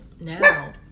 now